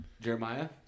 Jeremiah